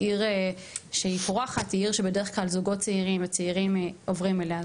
עיר שהיא פורחת היא עיר שבדרך כלל זוגות צעירים וצעירים עוברים אליה.